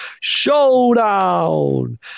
Showdown